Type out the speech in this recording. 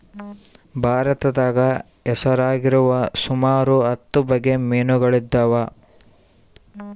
ಭಾರತದಾಗ ಹೆಸರಾಗಿರುವ ಸುಮಾರು ಹತ್ತು ಬಗೆ ಮೀನುಗಳಿದವ